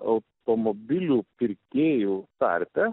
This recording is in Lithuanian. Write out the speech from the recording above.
automobilių pirkėjų tarpe